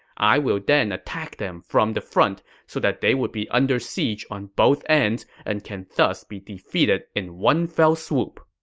i will then attack them from the front so that they would be under siege on both ends and can thus be defeated in one fell swoop.